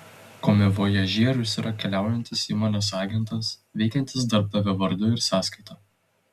komivojažierius yra keliaujantis įmonės agentas veikiantis darbdavio vardu ir sąskaita